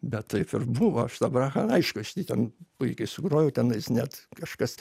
bet taip ir buvo aš tą bachą aišku aš jį ten puikiai sugrojau tenais net kažkas